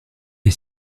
est